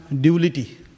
duality